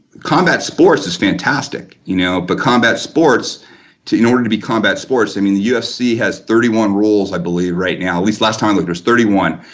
combat sports is fantastic you know, but combat sports in order to be combat sports, i mean ufc has thirty one rules i believe right now, at least last time it was thirty one.